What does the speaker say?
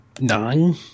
nine